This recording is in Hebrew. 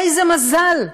איזה מזל,